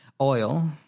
oil